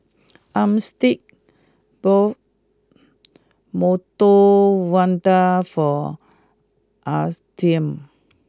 Armstead bought Medu Vada for Astian